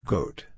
Goat